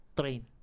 Train